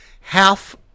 Half